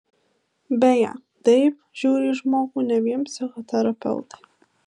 beje taip žiūri į žmogų ne vien psichoterapeutai